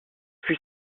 fut